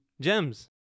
gems